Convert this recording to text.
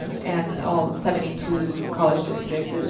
um and all seventy two college districts.